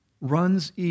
runs